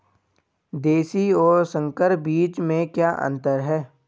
देशी और संकर बीज में क्या अंतर है?